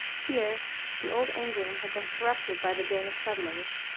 here the old anglian had been corrupted by the danish settlers,